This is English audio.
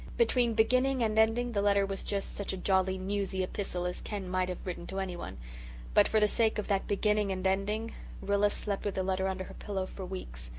between beginning and ending the letter was just such a jolly, newsy epistle as ken might have written to anyone but for the sake of that beginning and ending rilla slept with the letter under her pillow for weeks,